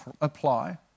apply